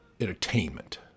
entertainment